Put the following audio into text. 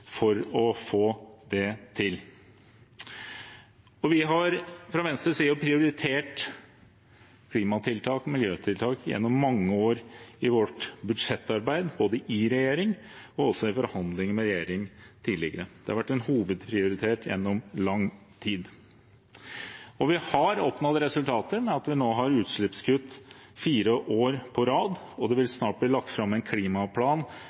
for å få det til. Vi har fra Venstres side gjennom mange år prioritert klima- og miljøtiltak i vårt budsjettarbeid, både i regjering og også i forhandlinger med regjeringen tidligere. Det har vært en hovedprioritet gjennom lang tid. Vi har oppnådd resultater, med at vi nå har utslippskutt fire år på rad, og det vil snart bli lagt fram en klimaplan